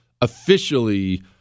officially